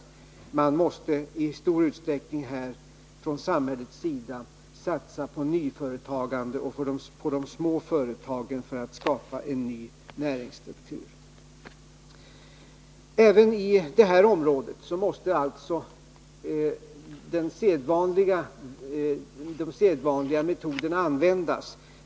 Samhället måste i stor utsträckning satsa på nyföretagande och på de små företagen för att skapa en ny näringsstruktur. Även på detta område måste alltså de sedvanliga metoderna användas.